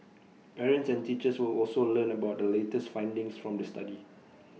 parents and teachers will also learn about the latest findings from the study